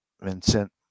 Vincent